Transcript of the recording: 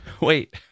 wait